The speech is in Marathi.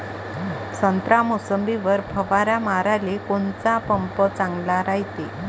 संत्रा, मोसंबीवर फवारा माराले कोनचा पंप चांगला रायते?